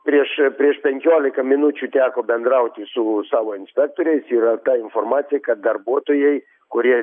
prieš prieš penkiolika minučių teko bendrauti su savo inspektoriais yra ta informacija kad darbuotojai kurie